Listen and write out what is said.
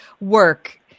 work